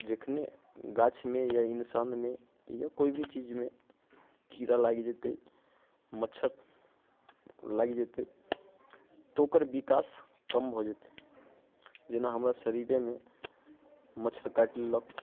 जखने गाछमे या इंसानमे या कोइ भी चीजमे कीड़ा लागि जैतै मच्छर लागि जेतै तऽ ओकर विकास कम भऽ जेतै जेना हमरा शरीरेमे मच्छर काटि लेलक